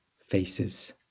Faces